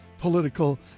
political